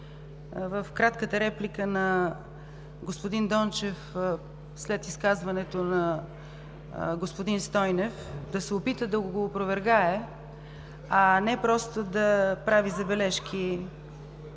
в кратката реплика на господин Дончев, след изказването на господин Стойнев, да се опита да го опровергае, а не просто да прави забележки